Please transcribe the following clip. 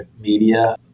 media